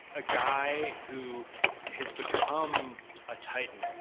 a guy who has become a titan.